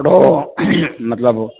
थोरो मतलबु